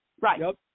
Right